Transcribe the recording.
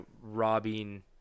robbing